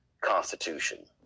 constitution